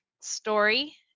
story